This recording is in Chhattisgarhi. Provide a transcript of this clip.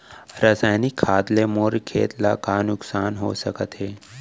रसायनिक खाद ले मोर खेत ला का नुकसान हो सकत हे?